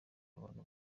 abantu